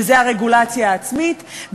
וזה הרגולציה העצמית,